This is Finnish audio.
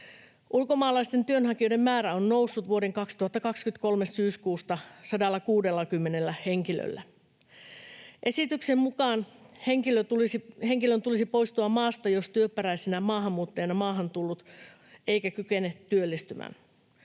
Ulkomaalaisten työnhakijoiden määrä on noussut vuoden 2023 syyskuusta 160 henkilöllä.” Esityksen mukaan henkilön tulisi poistua maasta, jos on työperäisenä maahanmuuttajana maahan tullut eikä kykene työllistymään.